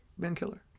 Mankiller